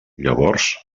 llavors